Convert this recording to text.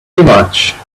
much